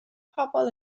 pobl